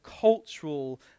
cultural